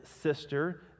sister